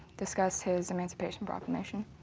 discuss his emancipation proclamation.